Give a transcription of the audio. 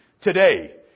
today